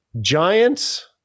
giants